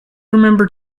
remember